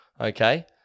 okay